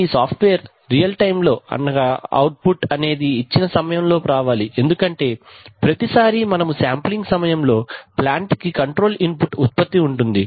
ఈ software real time అనగా output అనేది ఇచ్చిన సమయం లోపు రావాలి ఎందుకంటే ప్రతి సారి మనము శాంప్లింగ్ సమయం లో ప్లాంట్ కి కంట్రోల్ ఇన్పుట్ ఉత్పత్తి ఉంటుంది